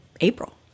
April